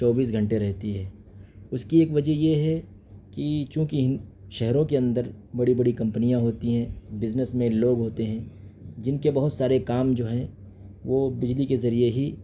چوبیس گھنٹے رہتی ہے اس کی ایک وجہ یہ ہے کہ چوں کہ شہروں کے اندر بڑی بڑی کمپنیاں ہوتی ہیں بزنس مین لوگ ہوتے ہیں جن کے بہت سارے کام جو ہیں وہ بجلی کے ذریعے ہی